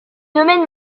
domaine